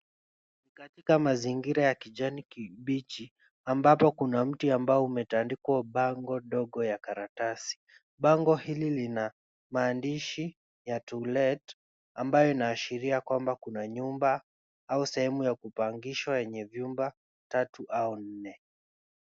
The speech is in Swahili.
Katika mazingira ya kijani kibichi ambapo kuna mti ambao umetandikwa bango dogo ya karatasi, bango hili lina maandishi ya To Let ambayo inaashiria kwamba kuna nyumba au sehemu ya kupangishwa yenye vyumba tatu au nne.